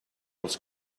els